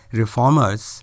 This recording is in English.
reformers